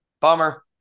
Bummer